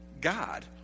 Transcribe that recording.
God